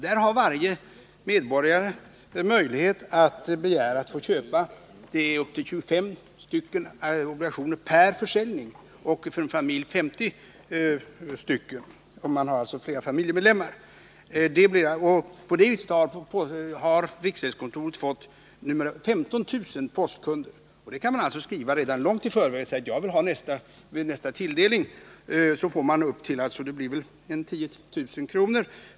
Där har varje medborgare möjlighet att begära att få köpa upp till 25 obligationer per försäljning. En familj — alltså om det är flera familjemedlemmar — får köpa 50 obligationer. På det sättet har riksgäldskontoret numera fått 15 000 postkunder. Man kan skriva långt i förväg och meddela: Jag vill ha obligationer vid nästa tilldelning. På det viset får man då köpa obligationer på upp till 10 000 kr.